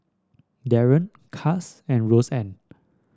Daron Cas and Roseann